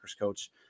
coach